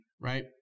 right